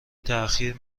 تاخیر